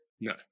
No